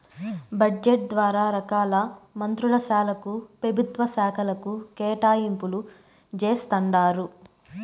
budget ద్వారా రకాల మంత్రుల శాలకు, పెభుత్వ శాకలకు కేటాయింపులు జేస్తండారు